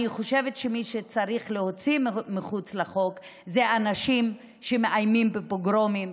אני חושבת שמי שצריך להוציא מחוץ לחוק זה אנשים שמאיימים בפוגרומים,